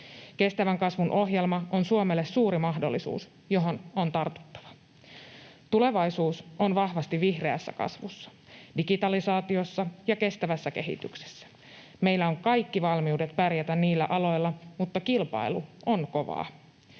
Kestävän kasvun ohjelma on Suomelle suuri mahdollisuus, johon on tartuttava. Tulevaisuus on vahvasti vihreässä kasvussa, digitalisaatiossa ja kestävässä kehityksessä. Meillä on kaikki valmiudet pärjätä niillä aloilla, mutta kilpailu on kovaa.